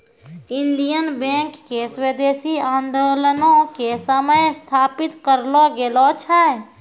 Indian Bank के स्वदेशी आन्दोलनो के समय स्थापित करलो गेलो छै